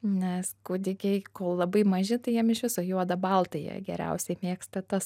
nes kūdikiai kol labai maži tai jiem iš viso juoda balta jie geriausiai mėgsta tas